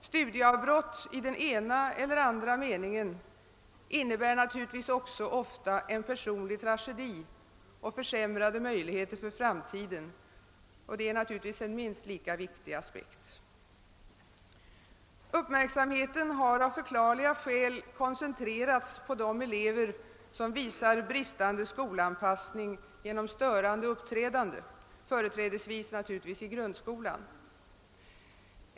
Studieavbrott i den ena eller andra meningen innebär också ofta en personlig tragedi och försämrade möjligheter för framtiden, vilket är en minst lika viktig aspekt. Uppmärksamheten har av förklarliga skäl koncentrerats på de elever som visar bristande skolanpassning genom störande uppträdande, företrädesvis i grundskolan.